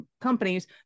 companies